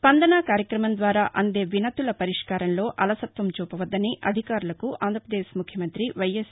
స్పందస కార్యక్రమం ద్వారా అందే వినతుల పరిష్కారంలో అలసత్వం చూపవద్దని అధికారులకు ఆంధ్రాప్రదేశ్ ముఖ్యమంత్రి వైఎస్